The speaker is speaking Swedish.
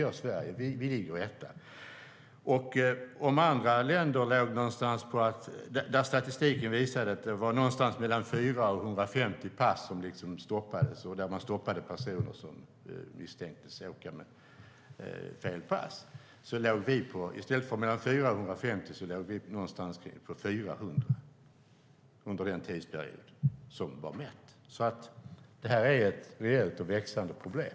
Men Sverige ligger alltså etta. För andra länder visade Turkiets statistik att det var någonstans mellan fyra och 150 fall där man stoppade personer som misstänktes åka med fel pass, men för Sveriges del var siffran över 400 under den tidsperiod som man mätte. Detta är alltså ett reellt och växande problem.